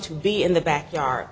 to be in the backyard